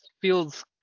feels